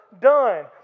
done